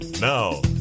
Now